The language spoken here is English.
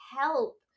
help